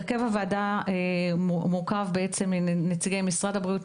הרכב הוועדה מורכב מנציגי משרד הבריאות,